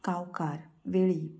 Gaonkar Velip